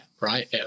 Right